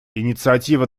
инициатива